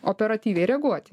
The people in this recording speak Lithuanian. operatyviai reaguoti